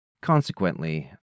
Consequently